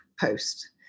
post